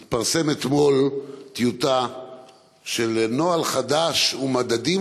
התפרסמה אתמול טיוטה של נוהל חדש ומדדים